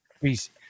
Please